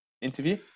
interview